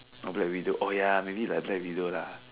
no Black-Widow oh ya maybe like Black-Widow lah